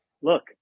look